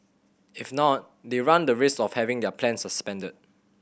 if not they run the risk of having their plan suspended